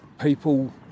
People